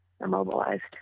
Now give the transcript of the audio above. Immobilized